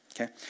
okay